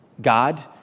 god